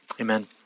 Amen